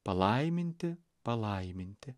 palaiminti palaiminti